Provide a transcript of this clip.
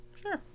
Sure